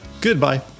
Goodbye